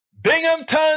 Binghamton